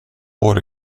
hår